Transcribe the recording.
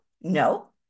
No